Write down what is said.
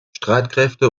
streitkräfte